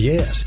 Yes